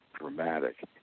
dramatic